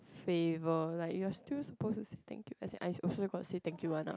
favour like you are still suppose to say thank you as in I also got say thank you one uh